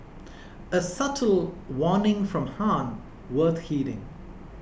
a subtle warning from Han worth heeding